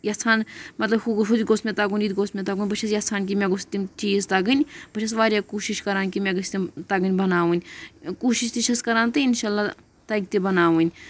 یَژھان مطلب ہُہ ہُتہِ گوٚژھ مےٚ تَگُن یہِ تہِ گوٚژھ مےٚ تَگُن بہٕ چھَس یَژھان کہِ مےٚ گوٚژھ تِم چیٖز تَگٕنۍ بہٕ چھَس واریاہ کوٗشِش کَران کہِ مےٚ گٔژھۍ تِم تَگٕنۍ بَناوٕنۍ کوٗشِش تہِ چھَس کَران تہٕ اِنشاء اللہ تَگہِ تہِ بَناوٕنۍ